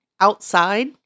outside